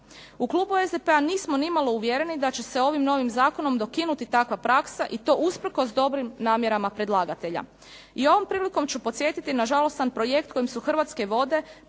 U klubu SDP-a nismo ni malo uvjereni da će se ovim novim zakonom dokinuti takva praksa i to usprkos dobrim namjerama predlagatelja. I ovom prilikom ću podsjetiti na žalostan projekt kojim su Hrvatske vode